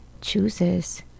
chooses